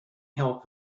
help